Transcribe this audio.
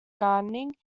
gardening